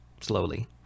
Slowly